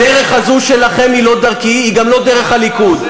הדרך הזו שלכם היא לא דרכי, היא גם לא דרך הליכוד.